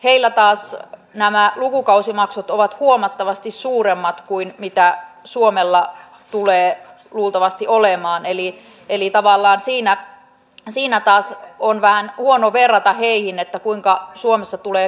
siellä taas nämä lukukausimaksut ovat huomattavasti suuremmat kuin suomella tulee luultavasti olemaan eli tavallaan siinä taas on vähän huono verrata näihin kuinka suomessa tulee käymään